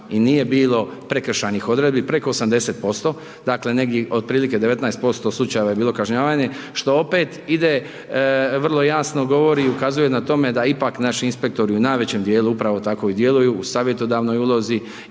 i nije bilo prekršajnih odredbi preko 80%, dakle, negdje otprilike 19% slučajeva je bilo kažnjavanje, što opet ide, vrlo jasno govori i ukazuje na tome da naši inspektori u najvećem dijelu upravo tako i djeluju u savjetodavnoj ulozi